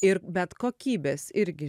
ir bet kokybės irgi